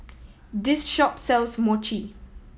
this shop sells Mochi